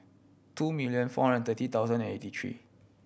two million four hundred thirty thousand and eighty three